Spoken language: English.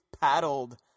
paddled